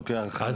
זה